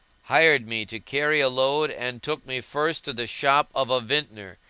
hired me to carry a load and took me first to the shop of a vintner,